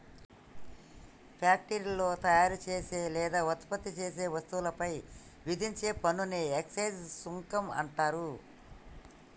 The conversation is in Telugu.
ఫ్యాక్టరీలో తయారుచేసే లేదా ఉత్పత్తి చేసే వస్తువులపై విధించే పన్నుని ఎక్సైజ్ సుంకం అంటరు